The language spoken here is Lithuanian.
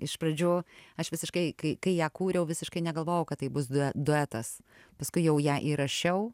iš pradžių aš visiškai kai kai ją kūriau visiškai negalvojau kad tai bus duetas paskui jau ją įrašiau